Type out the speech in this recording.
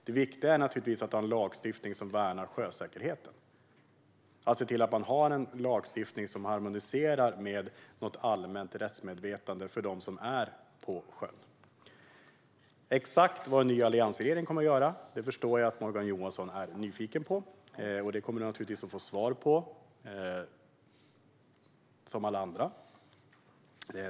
Det viktiga är naturligtvis att ha en lagstiftning som värnar sjösäkerheten. Det ska finnas en lagstiftning som harmonierar med något allmänt rättsmedvetande för dem som är på sjön. Exakt vad en ny alliansregering kommer att göra förstår jag att Morgan Johansson är nyfiken på. Det kommer han naturligtvis att få svar på, som alla andra.